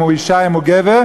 אם הוא אישה ואם הוא גבר,